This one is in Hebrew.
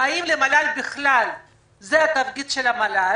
האם זה התפקיד של המל"ל?